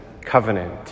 covenant